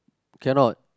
cannot